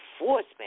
enforcement